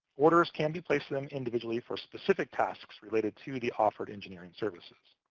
orders can be placed, then, individually for specific tasks related to the offered engineering services.